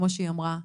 כמו שהיא אמרה,